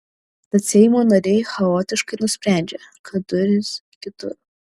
tad seimo nariai chaotiškai nusprendžia kad durys kitur